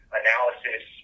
analysis